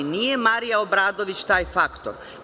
Nije Marija Obradović taj faktor.